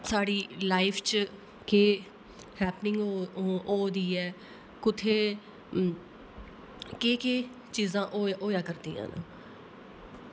साढ़ी लाइफ च केह् हैप्पनिंग हो हो दी ऐ त कुत्थे केह् केह् चीजां होए होया करदियां न